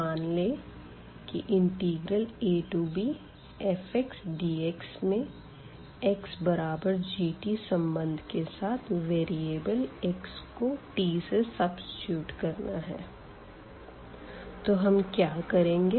मान लें की abfdx में xg संबंध के साथ वेरीअबल x को t से सब्सीट्यूट करना है तो हम क्या करेंगे